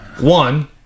One